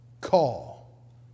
call